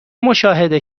مشاهده